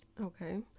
Okay